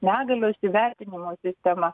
negalios įvertinimo sistema